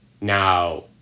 Now